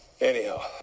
Anyhow